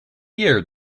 year